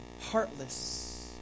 heartless